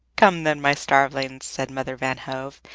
come, then, my starvelings, said mother van hove,